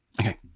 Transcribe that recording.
okay